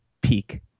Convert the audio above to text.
peak